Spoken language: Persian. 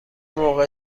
موقع